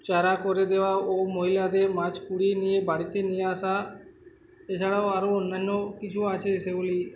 চারা করে দেওয়া ও মহিলাদের মাছ কুড়িয়ে নিয়ে বাড়িতে নিয়ে আসা এছাড়াও আরও অন্যান্য কিছু আছে সেগুলি